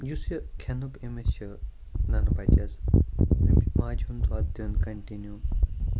یُس یہِ کھیٚنُک أمِس چھُ ننہٕ بَچَس أمِس چھُ ماجہِ ہُند دۄد دیُن کَنٹِنیو